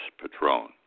Patron